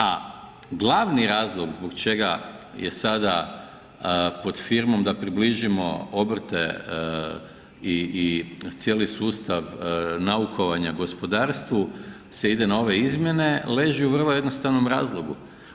A glavni razlog zbog čega je sada pod firmom da približimo obrte i cijeli sustav naukovanja gospodarstvu se ide na ove izmjene, leži u vrlo jednostavnom razlogu.